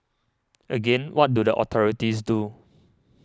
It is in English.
again what do the authorities do